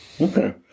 Okay